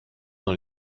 dans